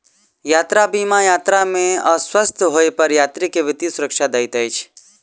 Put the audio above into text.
यात्रा बीमा यात्रा में अस्वस्थ होइ पर यात्री के वित्तीय सुरक्षा दैत अछि